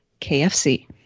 KFC